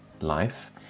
life